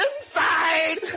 inside